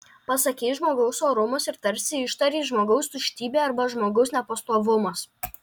pasakei žmogaus orumas ir tarsi ištarei žmogaus tuštybė arba žmogaus nepastovumas